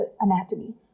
anatomy